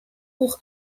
pour